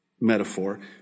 metaphor